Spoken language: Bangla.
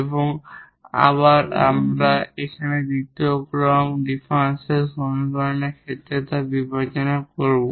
এবং আবার আমরা এখানে দ্বিতীয় অর্ডার ডিফারেনশিয়াল সমীকরণের ক্ষেত্রে তা বিবেচনা করব